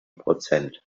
prozent